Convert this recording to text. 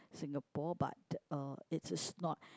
Singapore but uh it's is not